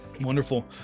Wonderful